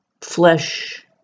flesh